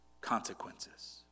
consequences